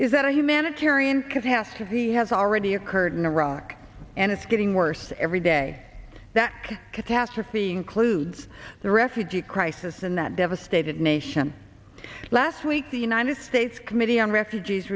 is that a humanitarian catastrophe has already occurred in iraq and it's getting worse every day that catastrophe includes the refugee crisis in that devastated nation last week the united states committee on refugees